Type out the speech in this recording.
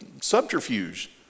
subterfuge